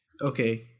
Okay